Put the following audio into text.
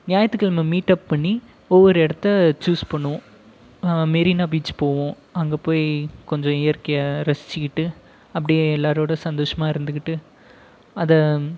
ஞாயித்துக்கிழமை meetup பண்ணி ஒவ்வொரு இடத்த சூஸ் பண்ணுவோம் மெரினா பீச் போவோம் அங்கே போய் கொஞ்சம் இயற்கையை ரசிச்சுக்கிட்டு அப்படியே எல்லாரோடு சந்தோஷமாக இருந்துக்கிட்டு அதை